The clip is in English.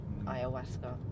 ayahuasca